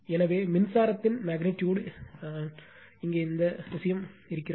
எனவே மின்சாரத்தின் மெக்னிட்யூடு இங்கே நான் அழைக்கிறேன் இங்கே இந்த விஷயம் இருக்கிறது